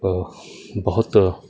ਬਹੁਤ